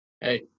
hey